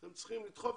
אתם צריכים לדחוף.